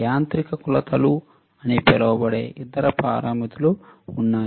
యాంత్రిక కొలతలు అని పిలువబడే ఇతర పారామితులు ఉన్నాయి